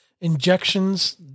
injections